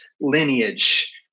lineage